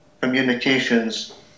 communications